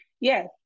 yes